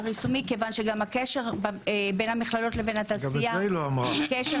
יישומי כיוון שגם הקשר בין המכללות לבין התעשייה הוא קשר